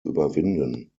überwinden